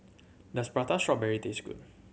does Prata Strawberry taste good